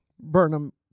Burnham